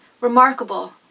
remarkable